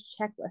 checklist